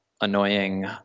annoying